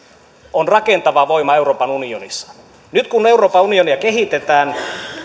on rakentava voima euroopan unionissa nyt kun euroopan unionia kehitetään